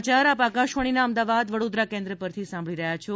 આ સમાચાર આપ આકાશવાણીના અમદાવાદ વડોદરા કેન્દ્ર પરથી સાંભળી રહ્યા છો